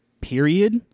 period